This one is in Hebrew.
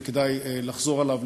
וכדאי לחזור עליו,